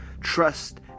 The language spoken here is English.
trust